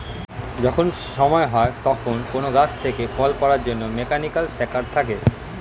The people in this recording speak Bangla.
যখন সময় হয় তখন কোন গাছ থেকে ফল পাড়ার জন্যে মেকানিক্যাল সেকার থাকে